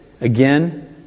again